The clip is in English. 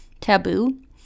Taboo